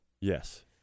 Yes